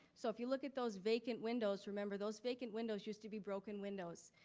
so if you look at those vacant windows, remember those vacant windows used to be broken windows.